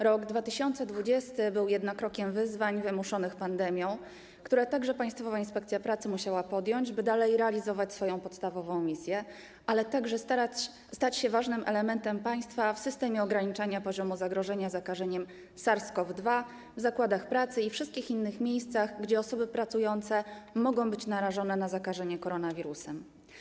Rok 2020 był jednak rokiem wyzwań wymuszonych pandemią, które także Państwowa Inspekcja Pracy musiała podjąć, by dalej realizować swoją podstawową misję, ale także stać się ważnym elementem państwa w systemie ograniczania poziomu zagrożenia zakażeniem SARS-CoV-2 w zakładach pracy i wszystkich innych miejscach, gdzie osoby pracujące mogą być narażone na zakażenie koronawirusem.